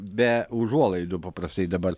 be užuolaidų paprastai dabar